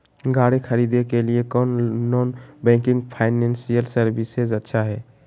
गाड़ी खरीदे के लिए कौन नॉन बैंकिंग फाइनेंशियल सर्विसेज अच्छा है?